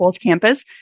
campus